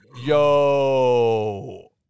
yo